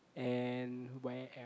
and where else